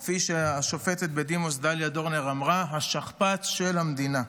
או כפי שהשופטת בדימוס דליה דורנר אמרה: השכפ"ץ של המדינה.